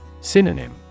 Synonym